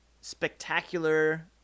spectacular